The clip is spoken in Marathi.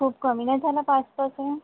खूप कमी नाही झालं पाच परसेंट